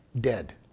dead